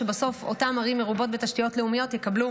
שבסוף אותן ערים מרובות בתשתיות לאומיות יקבלו